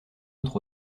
autre